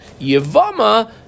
Yevama